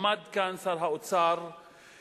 עמד כאן שר האוצר והגן,